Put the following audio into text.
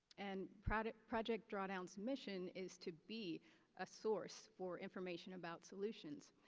and project project drawdown's mission is to be a source for information about solutions.